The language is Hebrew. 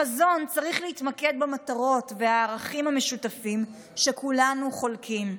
החזון צריך להתמקד במטרות והערכים המשותפים שכולנו חולקים.